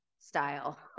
style